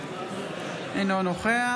אינו נוכח